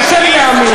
קשה לי להאמין.